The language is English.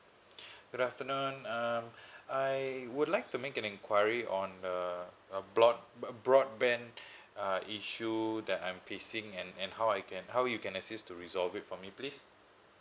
good afternoon uh I would like to make an enquiry on a a broad~ broadband uh issue that I'm facing and and how I can how you can assist to resolve it for me please